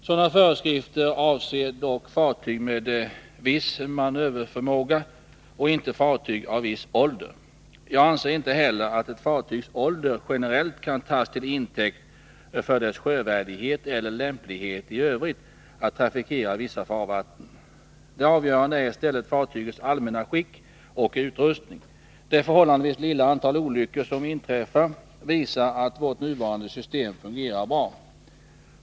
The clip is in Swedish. Sådana föreskrifter avser dock fartyg med viss manöverförmåga och inte fartyg av viss ålder. Jag anser inte heller att ett fartygs ålder generellt kan tas till intäkt för dess sjövärdighet eller lämplighet i övrigt att trafikera vissa farvatten. Det avgörande är i stället fartygets allmänna skick och utrustning. Det förhållandevis lilla antal olyckor som inträffar visar att vårt nuvarande system fungerar bra.